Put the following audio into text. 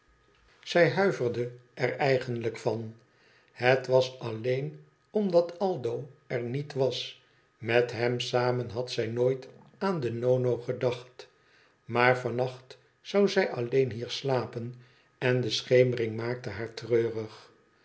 zij huiverde er eigenlijk van het was alleen omdat aldo er niet was met hem samen had zij nooit aan den nono gedacht maar van nacht zou zij alleen hier slapen en de schemering maakte haar treurig